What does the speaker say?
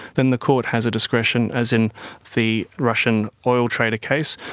then the court has a discretion, as in the russian oil trader case,